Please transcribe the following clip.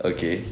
okay